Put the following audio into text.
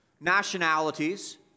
nationalities